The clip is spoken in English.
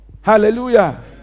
Hallelujah